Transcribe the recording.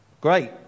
Great